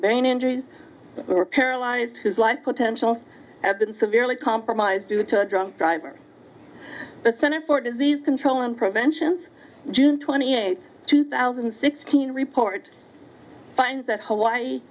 brain injuries or paralyzed whose life potential have been severely compromised through to a drunk driver the centers for disease control and prevention june twenty eighth two thousand and sixteen report finds that hawaii